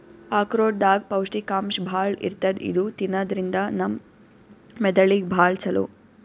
ಆಕ್ರೋಟ್ ದಾಗ್ ಪೌಷ್ಟಿಕಾಂಶ್ ಭಾಳ್ ಇರ್ತದ್ ಇದು ತಿನ್ನದ್ರಿನ್ದ ನಮ್ ಮೆದಳಿಗ್ ಭಾಳ್ ಛಲೋ